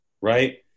right